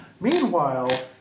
Meanwhile